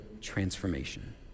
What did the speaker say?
transformation